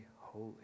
holy